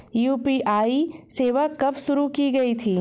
UPI सेवा कब शुरू की गई थी?